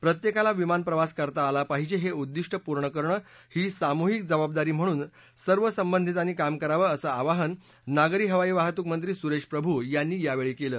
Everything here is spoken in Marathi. प्रत्येकाला विमान प्रवास करता आला पाहिजे हे उद्दिष्ट पूर्ण करणं ही सामूहिक जबाबदारी म्हणून सर्व संबंधितांनी काम करावं असं आवाहन नागरी हवाई वाहतूक मंत्री सुरेश प्रभू यांनी यावेळी केलं